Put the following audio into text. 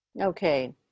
Okay